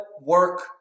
work